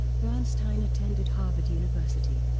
bernstein attended harvard university,